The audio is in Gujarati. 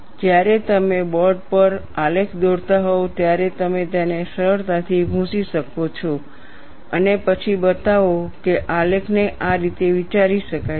જ્યારે તમે બોર્ડ પર આલેખ દોરતા હોવ ત્યારે તમે તેને સરળતાથી ભૂંસી શકો છો અને પછી બતાવો કે આલેખને આ રીતે વિચારી શકાય છે